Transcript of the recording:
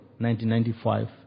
1995